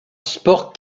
sports